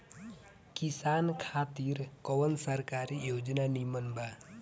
किसान खातिर कवन सरकारी योजना नीमन बा?